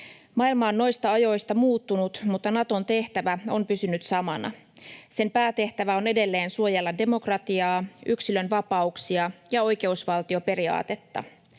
Maailma on noista ajoista muuttunut, mutta Naton tehtävä on pysynyt samana. Sen päätehtävä on edelleen suojella demokratiaa, yksilönvapauksia ja oikeusvaltioperiaatetta.